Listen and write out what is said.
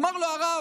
אמר לו הרב: